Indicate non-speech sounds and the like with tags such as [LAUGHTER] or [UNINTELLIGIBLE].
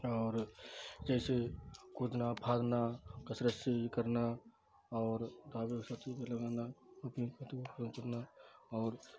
اور جیسے کودنا پھاندنا کثرت سے یہ کرنا اور [UNINTELLIGIBLE] اور